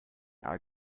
are